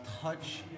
touch